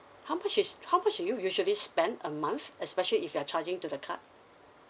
how much is how much you usually spend a month especially if you're charging to the card